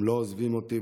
הם לא עוזבים אותי,